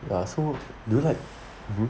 ya so what do you like